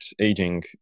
aging